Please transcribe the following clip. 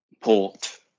port